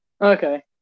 okay